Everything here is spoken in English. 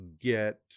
get